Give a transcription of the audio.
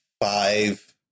five